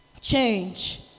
Change